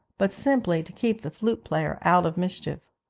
but simply to keep the flute-player out of mischief.